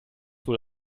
wohl